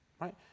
right